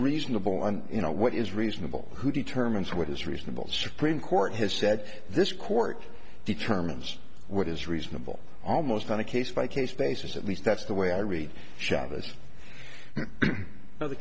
reasonable and you know what is reasonable who determines what is reasonable supreme court has said this court determines what is reasonable almost on a case by case basis at least that's the way i read chavis now the